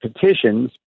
petitions